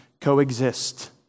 coexist